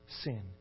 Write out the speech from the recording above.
sin